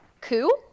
coup